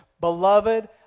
Beloved